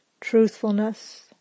truthfulness